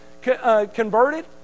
converted